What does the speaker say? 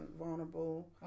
vulnerable